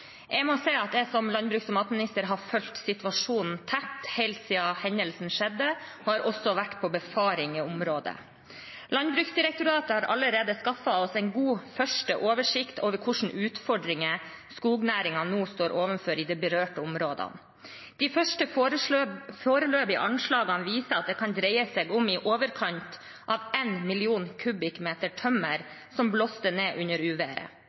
Jeg må si at jeg som landbruks- og matminister har fulgt situasjonen tett helt siden hendelsen skjedde, og jeg har også vært på befaring i området. Landbruksdirektoratet har allerede skaffet oss en god første oversikt over hvilke utfordringer skognæringen nå står overfor i de berørte områdene. De første foreløpige anslagene viser at det kan dreie seg om i overkant av 1 million kubikkmeter tømmer som blåste ned under uværet.